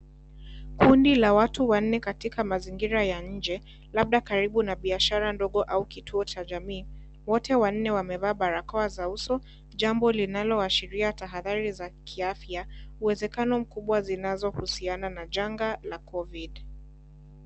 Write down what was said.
Kundi la watu wanne katika mazingira ya nje, labda karibu na biashara ndogo au kituo jamii. Wote wanne wamevaa barakoa za uso, jambo linaloashiria tahathari za kiafya, uwezekano mkubwa zinazohusiana na janga la Covid .